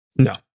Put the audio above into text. No